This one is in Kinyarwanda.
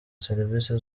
serivisi